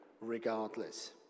regardless